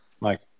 Mike